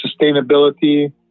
sustainability